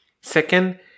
Second